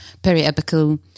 periapical